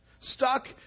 stuck